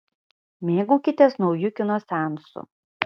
mėgaukitės nauju kino seansu